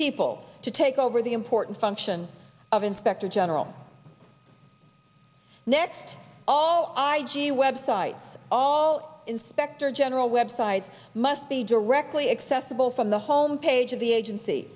people to take over the important function of inspector general net all i g web sites all inspector general web sites must be directly accessible from the home page of the agency